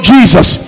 Jesus